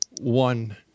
one